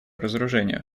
разоружению